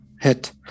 hit